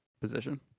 position